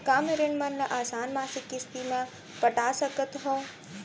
का मैं ऋण मन ल आसान मासिक किस्ती म पटा सकत हो?